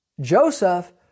Joseph